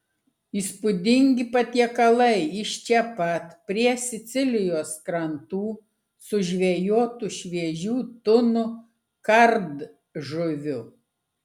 įspūdingi patiekalai iš čia pat prie sicilijos krantų sužvejotų šviežių tunų kardžuvių